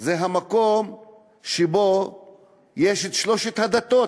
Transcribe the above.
זה המקום שבו ישנן שלוש הדתות,